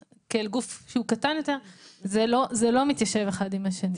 גוף שהוא קטן יותר זה לא מתיישב אחד עם השני.